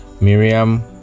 Miriam